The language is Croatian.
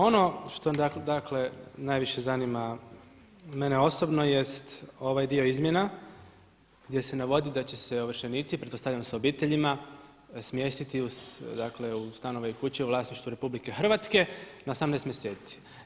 Ono što dakle najviše zanima mene osobno jest ovaj dio izmjena gdje se navodi da će se ovršenici, pretpostavljam s obiteljima smjestiti u stanove i kuće u vlasništvu RH na 18 mjeseci.